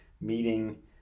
meeting